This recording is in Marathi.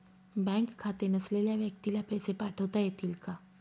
बँक खाते नसलेल्या व्यक्तीला पैसे पाठवता येतील का?